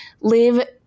live